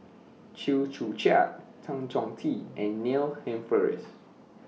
Chew Joo Chiat Tan Chong Tee and Neil Humphreys